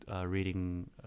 reading